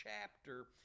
chapter